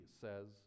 says